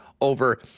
over